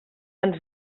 ens